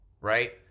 right